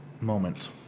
moment